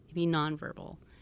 be nonverbal.